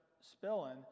spilling